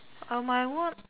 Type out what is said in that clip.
on my one